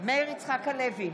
מאיר יצחק הלוי,